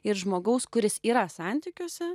ir žmogaus kuris yra santykiuose